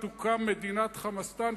תוקם מדינת "חמאסטן",